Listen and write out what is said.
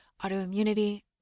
autoimmunity